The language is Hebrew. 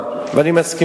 הוא אמר